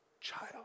child